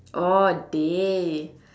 orh day